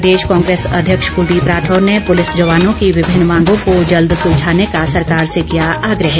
प्रदेश कांग्रेस अध्यक्ष कुलदीप राठौर ने पुलिस जवानों की विभिन्न मांगों को जल्द सुलझाने का सरकार से किया आग्र ह